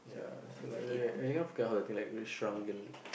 ya so ya like any kind of those thing really shrunken